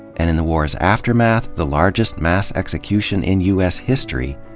and in the war's aftermath, the largest mass execution in u s. history,